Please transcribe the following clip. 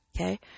Okay